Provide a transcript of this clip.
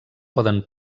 poden